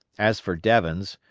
as for devens,